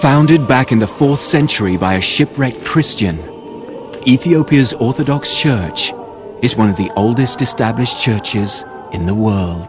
founded back in the fourth century by a shipwrecked christian ethiopia's orthodox church is one of the oldest established churches in the world